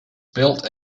built